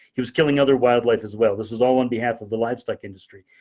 he was killing other wildlife as well. this is all on behalf of the livestock industry.